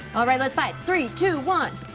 alright, let's fight, three, two, one.